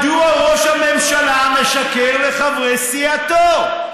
מדוע ראש הממשלה משקר לחברי סיעתו?